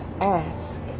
ask